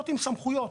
סמכויות.